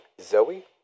Zoe